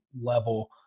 level